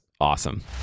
awesome